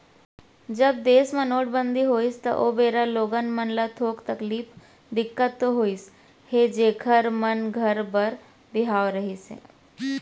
जब देस म नोटबंदी होइस त ओ बेरा लोगन मन ल थोक तकलीफ, दिक्कत तो होइस हे जेखर मन घर बर बिहाव रहिस हे